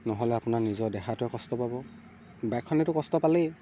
নহ'লে আপোনাৰ নিজৰ দেহাটোৱে কষ্ট পাব বাইকখনেতো কষ্ট পালেই